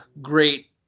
great